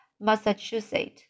Massachusetts